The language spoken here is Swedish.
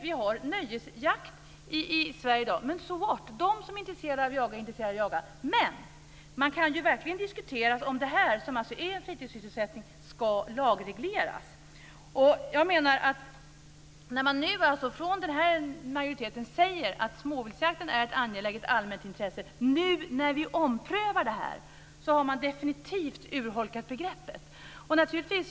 Vi har nöjesjakt i Sverige i dag. De som är intresserade av att jaga är intresserade av att jaga. Men man kan verkligen diskutera om detta, som alltså är en fritidssysselsättning, ska lagregleras. När majoriteten säger att småviltsjakten är ett angeläget allmänt intresse nu när vi omprövar detta har man definitivt urholkat begreppet.